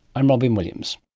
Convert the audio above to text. i'm robyn williams